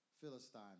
Philistine